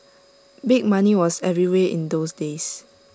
big money was everywhere in those days